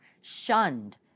shunned